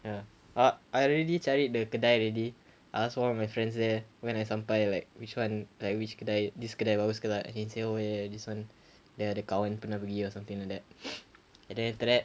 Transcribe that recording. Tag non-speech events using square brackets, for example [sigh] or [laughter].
ya ah I already cari the kedai already I asked one of my friends there when I sampai like which one like which kedai this kedai bagus or not then he said oh ya ya this one dia ada kawan pergi something like that [noise] and then after that